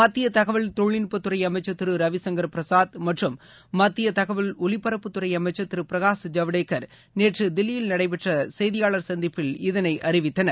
மத்திய தகவல் தொழில்நுட்பத்துறை அமைச்சர் திரு ரவிசங்கர் பிரசாத் மற்றும் மத்திய தகவல் ஒலிபரப்புத்துறை அமைச்சர் திரு பிரகாஷ் ஜவடேகர் நேற்று தில்லியில் நடைபெற்ற பத்திரிகையாளர் சந்திப்பில் இதை அறிவித்தார்கள்